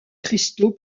cristaux